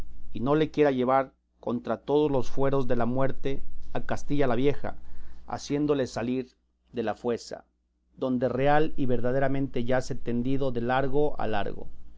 y no le quiera llevar contra todos los fueros de la muerte a castilla la vieja haciéndole salir de la fuesa donde real y verdaderamente yace tendido de largo a largo